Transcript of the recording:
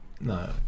No